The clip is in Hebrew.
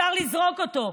אפשר לזרוק אותו,